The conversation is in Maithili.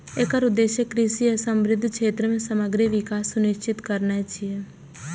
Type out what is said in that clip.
एकर उद्देश्य कृषि आ संबद्ध क्षेत्र मे समग्र विकास सुनिश्चित करनाय छियै